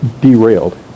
derailed